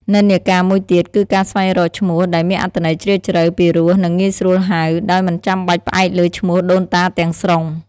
និន្នាការមួយទៀតគឺការស្វែងរកឈ្មោះដែលមានអត្ថន័យជ្រាលជ្រៅ ពីរោះ និងងាយស្រួលហៅ ដោយមិនចាំបាច់ផ្អែកលើឈ្មោះដូនតាទាំងស្រុង។។